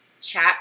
chat